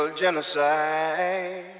Genocide